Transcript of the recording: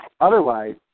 Otherwise